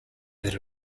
that